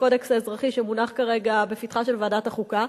הקודקס האזרחי שמונח כרגע בפתחה של ועדת החוקה,